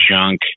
junk